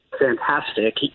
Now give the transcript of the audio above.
fantastic